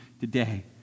today